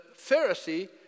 Pharisee